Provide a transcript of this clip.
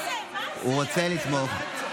הוא רוצה לתמוך.